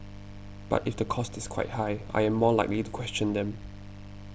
but if the cost is quite high I am more likely to question them